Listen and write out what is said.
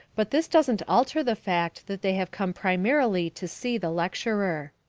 but this doesn't alter the fact that they have come primarily to see the lecturer.